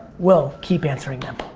we'll keep answering them.